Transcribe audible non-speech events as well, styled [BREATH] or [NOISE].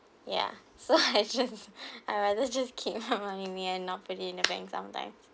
ya so I just [LAUGHS] [BREATH] I rather just keep my money and not put it in the bank sometime